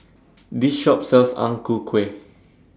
This Shop sells Ang Ku Kueh